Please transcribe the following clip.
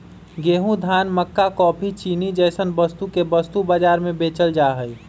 गेंहूं, धान, मक्का काफी, चीनी जैसन वस्तु के वस्तु बाजार में बेचल जा हई